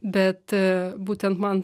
bet būtent man